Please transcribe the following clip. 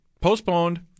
postponed